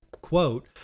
Quote